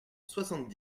soixante